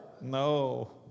No